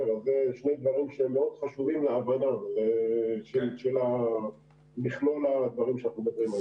אלה שני דברים שהם מאוד חשובים להבנת מכלול הדברים שאנחנו מדברים עליו.